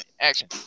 Action